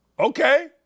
Okay